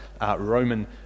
Roman